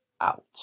out